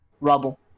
Rubble